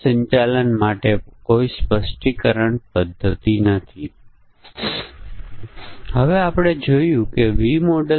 તેથી આપણને 1 2 3 4 5 6 7 8 થી n પરિમાણોની જરૂર પડશે